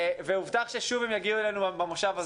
והובטח שוב שהם יגיעו אלינו במושב הזה.